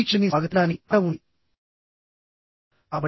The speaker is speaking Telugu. వీక్షకుడిని స్వాగతించడానికి అక్కడ ఉండండి